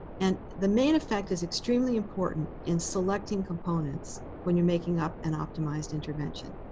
and the main effect is extremely important in selecting components when you're making up an optimized intervention.